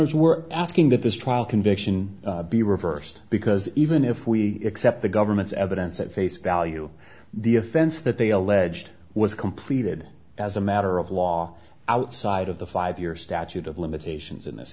rs we're asking that this trial conviction be reversed because even if we accept the government's evidence at face value the offense that they alleged was completed as a matter of law outside of the five year statute of limitations in this